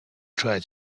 try